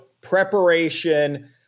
preparation